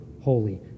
holy